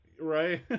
Right